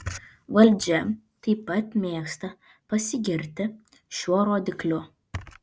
valdžia taip pat mėgsta pasigirti šiuo rodikliu